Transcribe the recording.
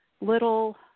little